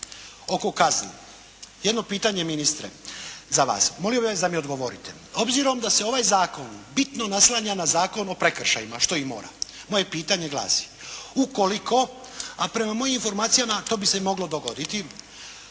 oko kazni, jedno pitanje ministre za vas. Molio bih vas da mi odgovorite obzirom da se ovaj zakon bitno naslanja na Zakon o prekršajima što i mora, moje pitanje glasi ukoliko, a prema mojim informacijama to bi se moglo dogoditi,